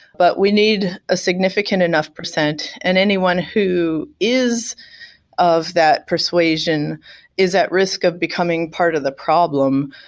but we need a significant enough percent. and anyone who is of that persuasion is at risk of becoming part of the problem,